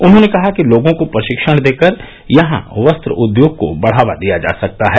उन्होंने कहा कि लोगों को प्रशिक्षण देकर यहां वस्त्र उद्योग को बढ़ावा दिया जा सकता है